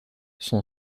son